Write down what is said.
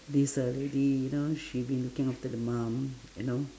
there's a lady you know she been looking after the mum you know